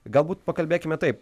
galbūt pakalbėkime taip